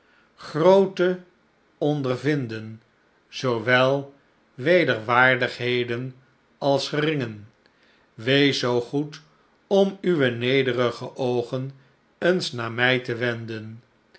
grooten ondervinden zoowel wederwaardigheden als geringen wees zoo goed om uwe nederige oogen eens naar mij te wenden